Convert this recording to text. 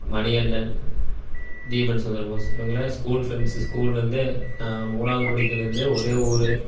மணிகண்டன் தீபன் சந்திரபோஸ் இவங்கள்லாம் என் school friends ஸ்கூல்லேருந்தே நான் மூணாவது படிக்கையிலேருந்தே ஒரே ஊர்